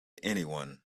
anyone